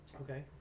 Okay